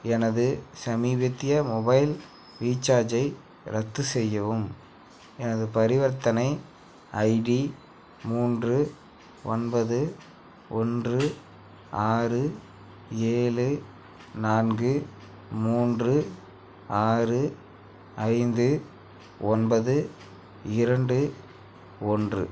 எனது சமீபத்திய மொபைல் ரீசார்ஜை ரத்து செய்யவும் எனது பரிவர்த்தனை ஐடி மூன்று ஒன்பது ஒன்று ஆறு ஏழு நான்கு மூன்று ஆறு ஐந்து ஒன்பது இரண்டு ஒன்று